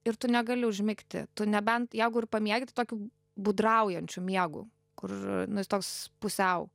ir tu negali užmigti nebent jeigu ir pamiegi tu tokių budraujančiu miegu kur nu jis toks pusiau